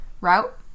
route